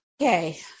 Okay